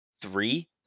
three